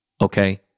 Okay